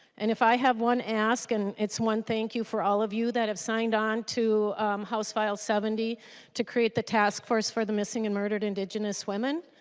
and if i have one ask and it's one thank you for all of you that have signed on to house file seventy to create a task force for the missing and murdered indigenous women.